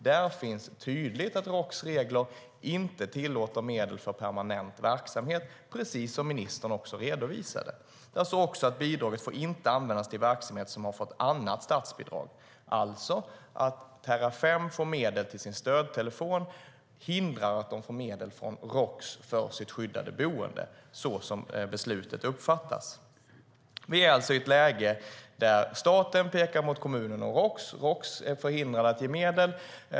Det framgår tydligt att Roks regler inte tillåter medel för permanent verksamhet, precis som ministern också redovisade. Där står också att bidraget inte får användas till verksamhet som har fått annat statsbidrag. Det faktum att Terrafem får medel till sin stödtelefon hindrar alltså att de får medel från Roks för sitt skyddade boende. Det är så beslutet uppfattas. Vi är alltså i ett läge där staten pekar på kommunen och Roks. Roks är förhindrat att ge medel.